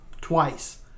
twice